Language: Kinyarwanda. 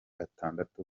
atandatu